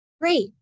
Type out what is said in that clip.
Great